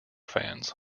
fans